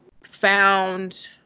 found